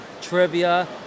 trivia